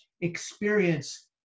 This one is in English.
experience